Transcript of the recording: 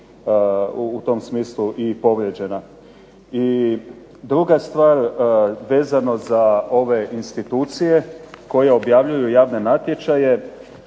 u tom smislu i povrijeđena. I druga stvar vezano za ove institucije koje objavljuju javne natječaje,